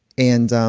and, um